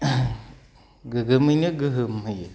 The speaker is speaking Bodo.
गोगोमैनो गोहोम होयो